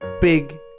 big